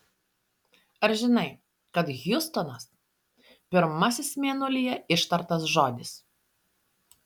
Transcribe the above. ar žinai kad hjustonas pirmasis mėnulyje ištartas žodis